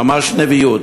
ממש נבואה.